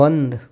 बंद